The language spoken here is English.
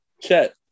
Chet